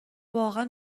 واقعا